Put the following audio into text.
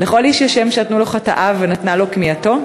לכל איש יש שם/ שנתנו לו חטאיו/ ונתנה לו כמיהתו.//